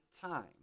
time